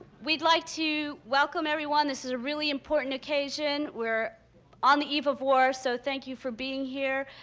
we'd like to welcome everyone. this is a really important occasion. we're on the eve of war. so thank you for being here.